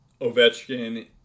Ovechkin